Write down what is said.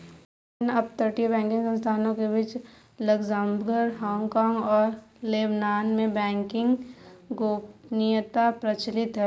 अन्य अपतटीय बैंकिंग संस्थानों के बीच लक्ज़मबर्ग, हांगकांग और लेबनान में बैंकिंग गोपनीयता प्रचलित है